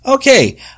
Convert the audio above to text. Okay